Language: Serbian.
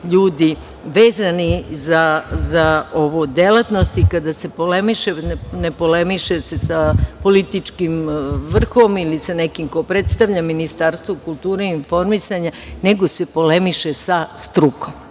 ljudi vezani za ovu delatnost, i kada se polemiše ne polemiše se sa političkim vrhom ili sa nekim ko predstavlja Ministarstvo kulture i informisanja, nego se polemiše sa strukom,